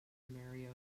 mario